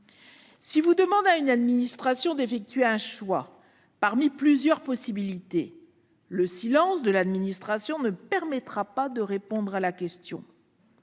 Si vous demandez à une administration d'effectuer un choix parmi plusieurs possibilités, son silence ne permettra pas de répondre à la question